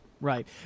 right